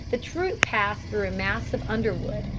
the troop passed through a mass of underwood,